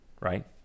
right